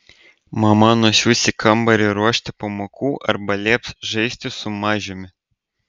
mama nusiųs į kambarį ruošti pamokų arba lieps žaisti su mažiumi